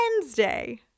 Wednesday